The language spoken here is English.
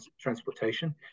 transportation